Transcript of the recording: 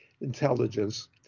intelligence